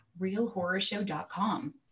realhorrorshow.com